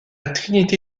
trinité